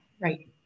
right